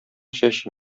чәче